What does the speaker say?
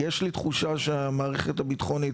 יש לי תחושה שהמערכת הביטחונית,